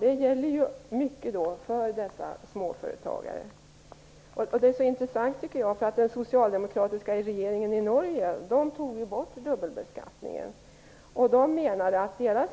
Det gäller i mycket hög grad småföretagare. Det intressanta är att den socialdemokratiska regeringen i Norge tog bort dubbelbeskattningen.